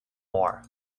more